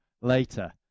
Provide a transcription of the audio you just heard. later